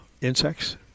insects